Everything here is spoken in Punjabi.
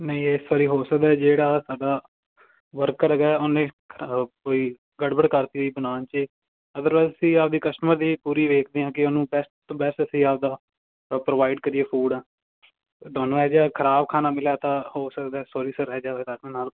ਨਹੀਂ ਇਸ ਵਾਰੀ ਹੋ ਸਕਦਾ ਜਿਹੜਾ ਸਾਡਾ ਵਰਕਰ ਹੈਗਾ ਉਹਨੇ ਕੋਈ ਗੜਬੜ ਕਰਤੀ ਹੋਈ ਬਣਾਉਣ 'ਚ ਅਦਰਵਾਈਸ ਅਸੀਂ ਆਪਦੇ ਕਸਟਮਰ ਦੀ ਪੂਰੀ ਵੇਖਦੇ ਹਾਂ ਕਿ ਉਹਨੂੰ ਬੈਸਟ ਤੋਂ ਬੈਸਟ ਅਸੀਂ ਆਪਦਾ ਪ੍ਰ ਪ੍ਰੋਵਾਈਡ ਕਰੀਏ ਫੂਡ ਤੁਹਾਨੂੰ ਇਹੋ ਜਿਹਾ ਖਰਾਬ ਖਾਣਾ ਮਿਲਿਆ ਤਾਂ ਹੋ ਸਕਦਾ ਸੋਰੀ ਸਰ ਇਹੋ ਜਿਹਾ ਹੋਇਆ ਤੁਹਾਡੇ ਨਾਲ